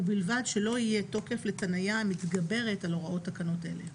ובלבד שלא יהיה תוקף לתניה המתגברת על הוראות תקנות אלה.